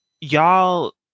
y'all